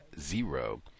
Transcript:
zero